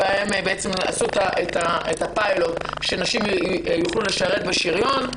עשו פיילוט שנשים יוכלו לשרת בשריון,